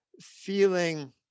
feeling